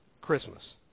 Christmas